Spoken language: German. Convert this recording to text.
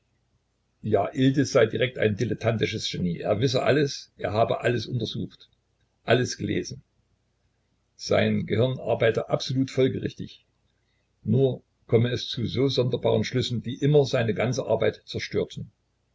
ja iltis sei direkt ein dilettantisches genie er wisse alles er habe alles untersucht alles gelesen sein gehirn arbeite absolut folgerichtig nur komme es zu so sonderbaren schlüssen die immer seine ganze arbeit zerstörten